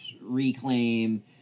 reclaim